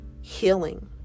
healing